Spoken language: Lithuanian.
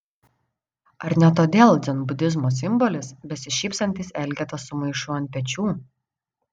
ar ne todėl dzenbudizmo simbolis besišypsantis elgeta su maišu ant pečių